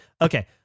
okay